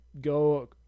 go